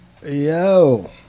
Yo